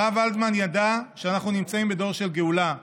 הרב ולדמן ידע שאנחנו נמצאים בדור של גאולה,